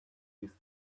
these